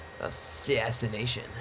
assassination